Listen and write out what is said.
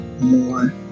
more